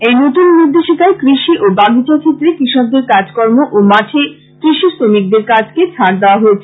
এই নতুন নির্দেশিকায় কৃষি ও বাগিচা ক্ষেত্রে কৃষকদের কাজকর্ম ও মাঠে কৃষি শ্রমিকদের কাজকে ছাড় দেওয়া হয়েছে